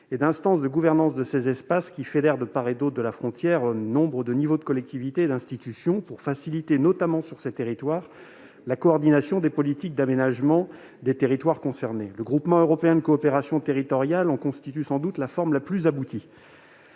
et d'instances de gouvernance de ces espaces, qui fédèrent, de part et d'autre de la frontière, nombre de niveaux de collectivités et d'institutions. Cela vise à faciliter, notamment sur ces territoires, la coordination des politiques d'aménagement. Les groupements européens de coopération territoriale en constituent la forme la plus aboutie,